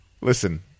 Listen